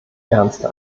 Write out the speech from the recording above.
ernste